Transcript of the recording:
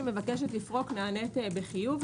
שמבקשת לפרוק, נענית בחיוב.